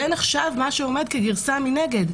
זה נחשב מה שעומד כגרסה מנגד,